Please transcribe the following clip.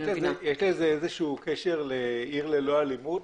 יש לזה איזשהו קשר לעיר ללא אלימות.